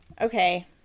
Okay